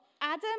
Adam